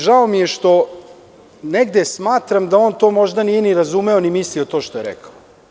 Žao mi je što negde smatram da on to možda nije ni razumeo, ni mislio to što je rekao.